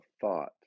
thought